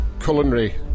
culinary